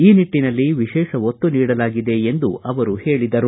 ಈ ನಿಟ್ಟನಲ್ಲಿ ವಿಶೇಷ ಒತ್ತು ನೀಡಲಾಗಿದೆ ಎಂದವರು ಹೇಳಿದರು